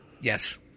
Yes